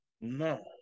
No